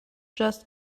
just